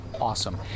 awesome